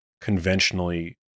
conventionally